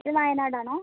ഇത് വായനാടാണോ